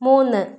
മൂന്ന്